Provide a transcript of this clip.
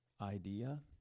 idea